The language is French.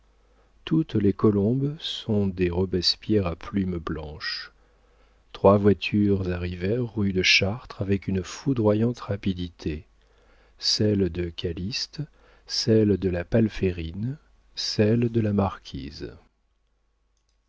toutes les colombes sont des robespierre à plumes blanches trois voitures arrivèrent rue de chartres avec une foudroyante rapidité celle de calyste celle de la palférine celle de la marquise